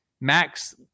Max